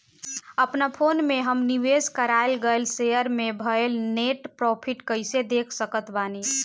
अपना फोन मे हम निवेश कराल गएल शेयर मे भएल नेट प्रॉफ़िट कइसे देख सकत बानी?